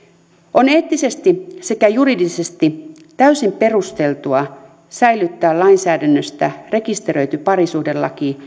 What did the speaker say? on eettisesti sekä juridisesti täysin perusteltua säilyttää lainsäädännössä rekisteröity parisuhdelaki